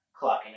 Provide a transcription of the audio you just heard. clocking